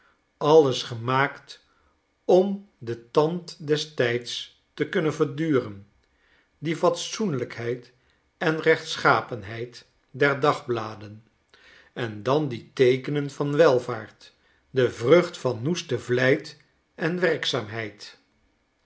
alles gemaakt om den tand des tijds te kunnen verduren die fatsoenlijkheid en rechtschapenheid der dagbladen en dan die teekenen van welvaart de vrucht van noeste vlijt en werkzaamheid